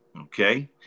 Okay